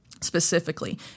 specifically